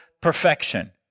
perfection